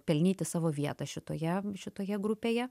pelnyti savo vietą šitoje šitoje grupėje